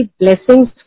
blessings